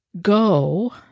go